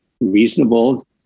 reasonable